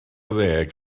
ddeg